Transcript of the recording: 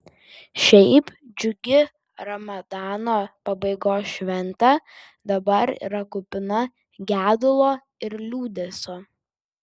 šiaip džiugi ramadano pabaigos šventė dabar yra kupina gedulo ir liūdesio